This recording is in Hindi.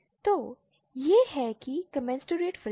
तो यह है कि कॉम्नसुरेट फ़िल्टर